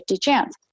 chance